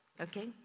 okay